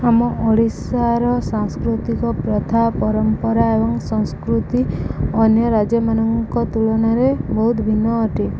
ଆମ ଓଡ଼ିଶାର ସାଂସ୍କୃତିକ ପ୍ରଥା ପରମ୍ପରା ଏବଂ ସଂସ୍କୃତି ଅନ୍ୟ ରାଜ୍ୟମାନଙ୍କ ତୁଳନାରେ ବହୁତ ଭିନ୍ନ ଅଟେ